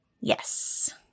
yes